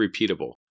repeatable